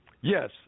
Yes